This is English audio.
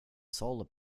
solar